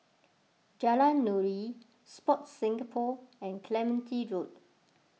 Jalan Nuri Sport Singapore and Clementi Road